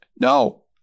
No